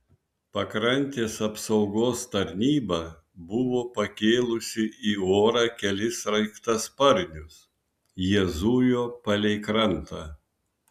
pakrantės apsaugos tarnyba buvo pakėlusi į orą kelis sraigtasparnius jie zujo palei krantą